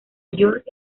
york